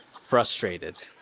frustrated